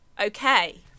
okay